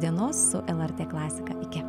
dienos su lrt klasika iki